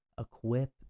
equip